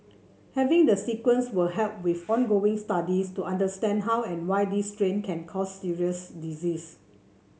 having the sequence will help with ongoing studies to understand how and why this strain can cause serious disease